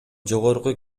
жогорку